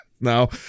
no